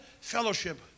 fellowship